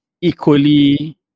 equally